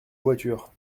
voiture